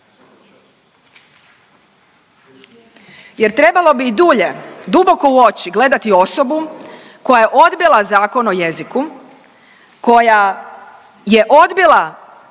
Jer trebalo bi i dulje duboko u oči gledati osobu koja je odbila Zakon o jeziku, koja je odbila